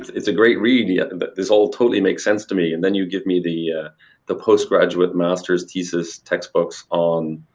it's it's a great read. yeah and but this all totally makes sense to me, and then you give me the ah the post-graduate masters thesis textbooks on